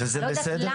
אני לא יודעת למה.